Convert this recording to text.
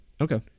Okay